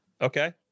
Okay